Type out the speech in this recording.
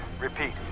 Repeat